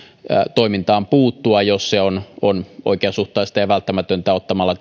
toimintaan puuttua jos se on on oikeasuhtaista ja välttämätöntä ottamalla